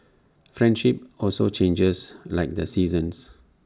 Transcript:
friendship also changes like the seasons